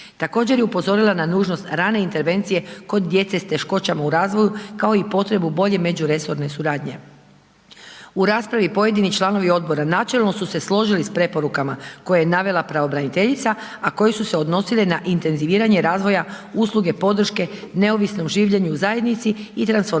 Također je upozorila na nužnost rane intervencije kod djece u teškoćama u razvoju, kao i potrebu bolje međuresorne suradnje. U raspravi, pojedini članovi odbora, načelno su se složili s preporukama, koje je navela pravobraniteljica, a koje su se odnosile na intenziviranje razvoja usluge podrške, neovisno o življenju u zajednici i transformaciji